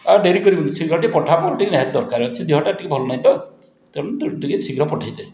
ଆଉ ଡେରି କରିବୁନି ଶୀଘ୍ର ଟିକିଏ ପଠା ମୋର ଟିକିଏ ନିହାତି ଦରକାର ଅଛି ଦେହଟା ଟିକିଏ ଭଲ ନାହିଁ ତ ତେଣୁ ତେଣୁ ଟିକିଏ ଶୀଘ୍ର ପଠେଇ ଦେ